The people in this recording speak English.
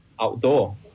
outdoor